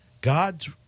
god's